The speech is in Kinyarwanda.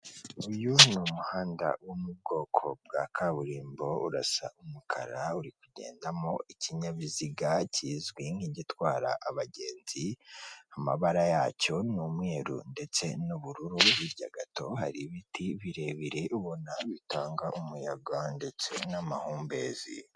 Uyu ni umuhanda wo mu bwoko bwa kaburimbo urasa umukara uri kugendamo ikinyabiziga kizwi nk'igitwara abagenzi, amabara yacyo ni umweru ndetse n'ubururu hirya gato hari ibiti birebire ubona bitanga umuyaga ndetse n'amahumbezi.